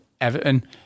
Everton